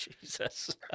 Jesus